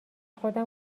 خودم